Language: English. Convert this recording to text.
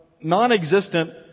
non-existent